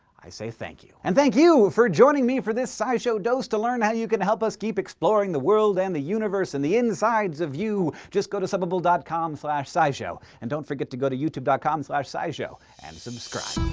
i say thank you. and thank you for joining me for this scishow dose, to learn how you can help us keep exploring the world, and the universe, and the insides of you, just go to subbable dot com slash scishow and don't forget to go to youtube dot com slash scishow and subscribe.